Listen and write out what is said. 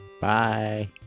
Bye